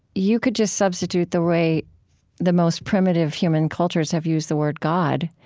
you could just substitute the way the most primitive human cultures have used the word god,